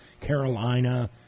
Carolina